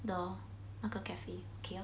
the 那个 cafe